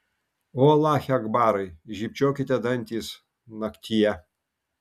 o alache akbarai žybčiokite dantys naktyje